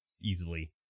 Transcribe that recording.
easily